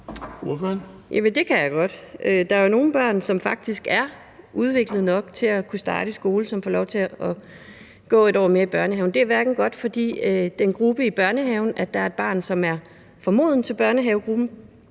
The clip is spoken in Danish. det kan jeg godt. Der er jo nogle børn, som faktisk er udviklede nok til at kunne starte i skole, og som får lov til at gå 1 år mere i børnehave. Det er hverken godt for den gruppe i børnehaven, at der er et barn, som er for modent til børnehavegruppen,